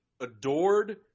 adored